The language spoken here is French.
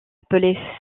appelée